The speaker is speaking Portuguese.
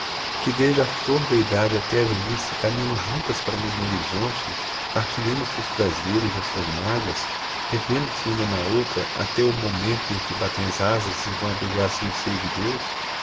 que desde a flor da idade até à velhice caminham juntas para o mesmo horizonte partilhando os seus prazeres e as suas mágoas revendo se uma na outra até o momento em que batem as asas e vão abrigar-se no seio de deus